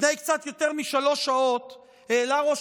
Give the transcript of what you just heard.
לפני קצת יותר משלוש שעות העלה ראש